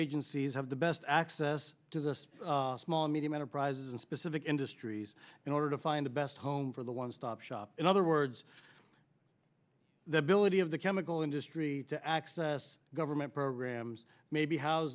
agencies have the best access to the small medium enterprises and specific industries in order to find the best home for the one stop shop in other words the ability of the chemical industry to access government programs may be house